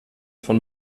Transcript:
von